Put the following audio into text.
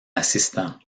assistant